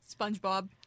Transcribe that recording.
SpongeBob